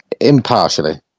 impartially